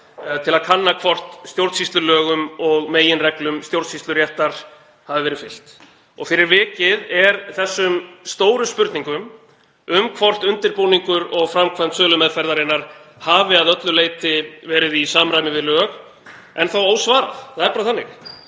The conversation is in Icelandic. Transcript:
til að kanna hvort stjórnsýslulögum og meginreglum stjórnsýsluréttar hafi verið fylgt. Fyrir vikið er þessum stóru spurningum um hvort undirbúningur og framkvæmd sölumeðferðarinnar hafi að öllu leyti verið í samræmi við lög enn þá ósvarað. Það er bara þannig.